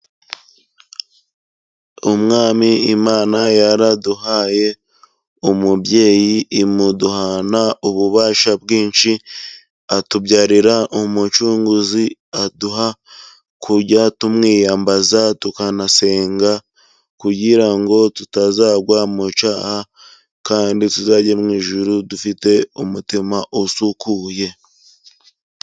Umwami Imana yaraduhaye umubyeyi imuduhana ububasha bwinshi, atubyarira umucunguzi aduha kujya tumwiyambaza tukanasenga, kugira ngo tutazagwa mu cyaha kandi tuzajye mu ijuru dufite umutima usukuye.